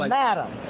madam